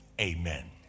Amen